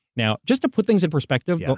now just to put things in perspective, yeah